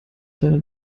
deiner